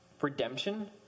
redemption